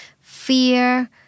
fear